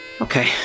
Okay